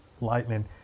lightning